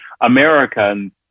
Americans